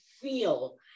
feel